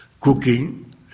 cooking